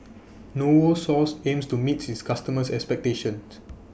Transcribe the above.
Novosource aims to meet its customers' expectations